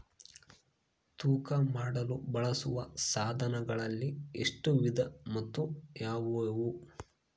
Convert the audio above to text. ತೂಕ ಮಾಡಲು ಬಳಸುವ ಸಾಧನಗಳಲ್ಲಿ ಎಷ್ಟು ವಿಧ ಮತ್ತು ಯಾವುವು?